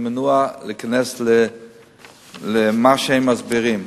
אני מנוע מלומר בכנסת מה שהם מסבירים,